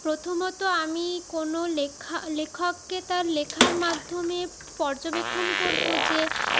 প্রথমত আমি কোনো লেখা লেখককে তার লেখার মাধ্যমে পর্যবেক্ষণ করবো যে